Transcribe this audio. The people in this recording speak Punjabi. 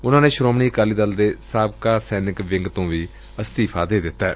ਉਨੂਾ ਨੇ ਸ੍ਰੋਮਣੀ ਅਕਾਲੀ ਦਲ ਦੇ ਸਾਬਕਾ ਸੈਨਿਕ ਵਿੰਗ ਤੋਂ ਵੀ ਅਸਤੀਫਾ ਦੇ ਦਿੱਤੈ